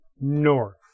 north